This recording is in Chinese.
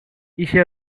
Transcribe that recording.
一些